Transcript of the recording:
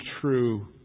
true